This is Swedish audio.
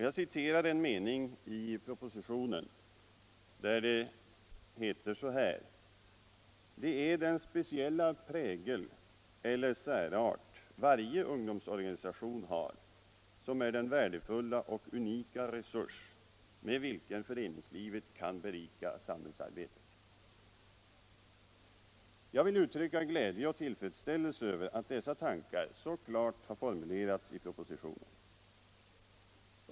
Jag citerar en mening i propositionen, där det heter: ”Det är den speciella prägel eller särart varje ungdomsorganisation har som är den värdefulla och unika resurs med vilken föreningslivet kan berika samhällsarbetet.” Jag vill uttrycka glädje och tillfredsställelse över att dessa tankar så klart har formulerats i propositionen.